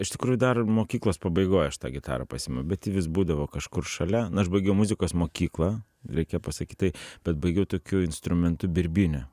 iš tikrųjų dar mokyklos pabaigoj aš tą gitarą pasiėmiau bet ji vis būdavo kažkur šalia na aš baigiau muzikos mokyklą reikia pasakyt tai bet baigiau tokiu instrumentu birbyne